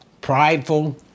prideful